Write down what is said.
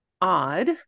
odd